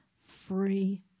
free